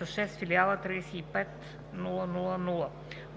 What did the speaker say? с 6 филиала 35 000,0“.